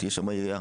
יש שם עירייה,